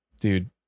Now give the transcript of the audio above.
dude